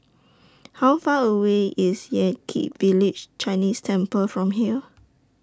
How Far away IS Yan Kit Village Chinese Temple from here